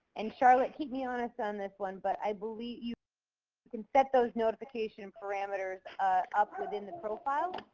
and charlotte, keep me honest on this one, but i believe you you can set those notification parameters up within the profile.